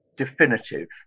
definitive